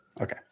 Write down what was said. Okay